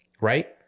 right